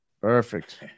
Perfect